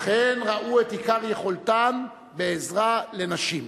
אך הן גם ראו את עיקר יכולתן בעזרה לנשים.